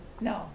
No